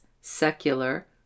secular